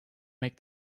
make